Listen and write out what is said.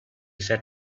set